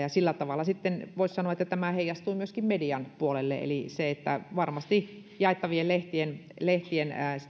sillä tavalla sitten voisi sanoa että tämä heijastuu myöskin median puolelle eli varmasti jaettavien lehtien lehtien